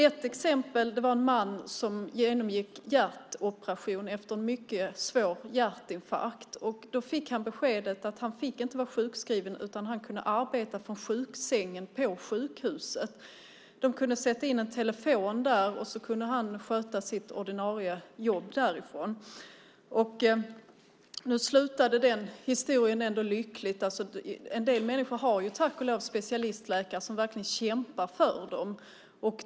Ett exempel är en man som genomgick en hjärtoperation efter en mycket svår hjärtinfarkt. Han fick beskedet att han inte fick vara sjukskriven utan att han kunde arbeta från sjuksängen på sjukhuset. De kunde sätta in en telefon där så att han kunde sköta sitt ordinarie jobb därifrån. Den historien slutade ändå lyckligt. En del människor har tack och lov specialistläkare som verkligen kämpar för dem.